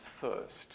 first